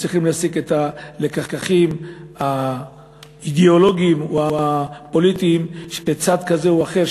וצריכים להסיק את הלקחים האידיאולוגיים או הפוליטיים שצד כזה או אחר,